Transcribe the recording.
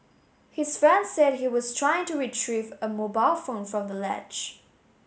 his friend said he was trying to retrieve a mobile phone from the ledge